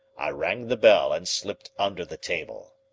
i rang the bell and slipped under the table.